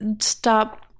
stop